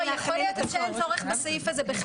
יכול להיות שבכלל אין צורך בסעיף הזה.